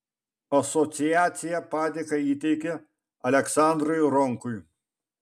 asociacija padėką įteikė aleksandrui ronkui